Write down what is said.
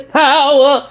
power